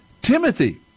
Timothy